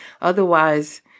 Otherwise